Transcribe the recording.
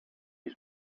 his